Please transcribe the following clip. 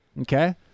Okay